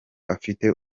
afite